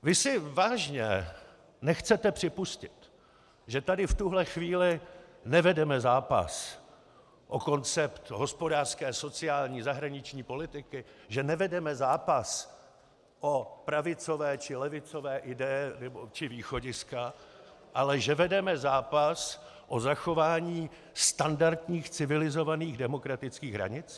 Vy si vážně nechcete připustit, že tady v tuto chvíli nevedeme zápas o koncept hospodářské, sociální, zahraniční politiky, že nevedeme zápas o pravicové či levicové ideje či východiska, ale že vedeme zápas o zachování standardních civilizovaných demokratických hranic?